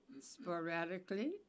sporadically